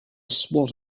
swat